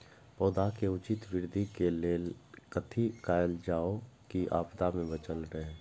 पौधा के उचित वृद्धि के लेल कथि कायल जाओ की आपदा में बचल रहे?